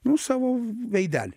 nu savo veidelį